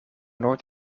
noord